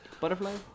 Butterfly